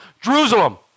Jerusalem